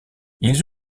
ils